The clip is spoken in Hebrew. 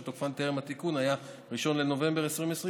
שתוקפן טרם התיקון היה 1 בנובמבר 2020,